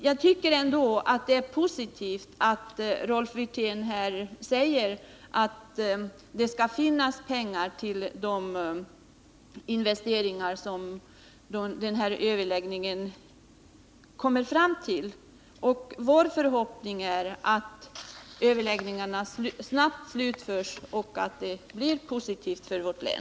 Jag tycker ändå att det är positivt att Rolf Wirtén säger att det skall finnas pengar till de investeringar som man vid de pågående överläggningarna kommer fram till. Vår förhoppning är att överläggningarna snabbt slutförs och att resultatet blir positivt för vårt län.